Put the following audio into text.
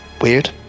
weird